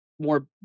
more